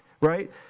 right